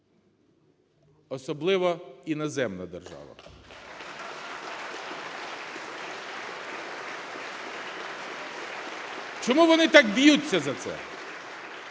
Особливо іноземна держава. (Оплески) Чому вони так б'ються за це?